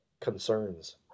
concerns